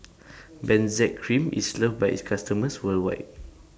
Benzac Cream IS loved By its customers worldwide